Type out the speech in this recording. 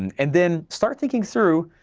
and and then start thinking through,